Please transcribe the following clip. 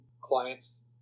clients